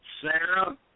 Sarah